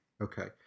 Okay